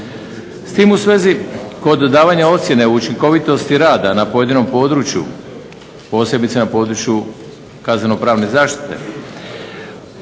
S tim u svezi kod davanja ocjene o učinkovitosti rada na pojedinom području, posebice na području kazneno-pravne zaštite,